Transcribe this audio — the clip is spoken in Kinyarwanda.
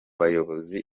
bayobozi